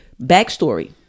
backstory